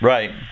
Right